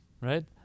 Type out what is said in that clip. Right